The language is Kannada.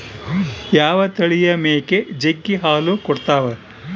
ಯಾವ ತಳಿಯ ಮೇಕೆ ಜಗ್ಗಿ ಹಾಲು ಕೊಡ್ತಾವ?